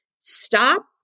stop